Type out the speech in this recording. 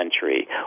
century